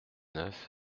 neuf